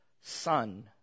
Son